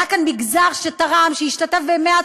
היה כאן מגזר שתרם, שהשתתף בימי עצמאות,